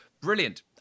brilliant